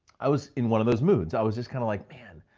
i was in one of those moods. i was just kinda like, man,